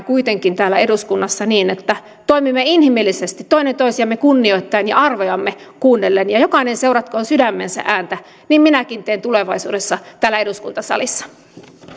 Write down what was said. kuitenkin jatkamaan täällä eduskunnassa eteenpäin niin että toimimme inhimillisesti toinen toisiamme kunnioittaen ja arvojamme kuunnellen jokainen seuratkoon sydämensä ääntä niin minäkin teen tulevaisuudessa täällä eduskuntasalissa